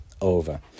over